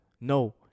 No